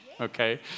okay